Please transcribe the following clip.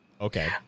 Okay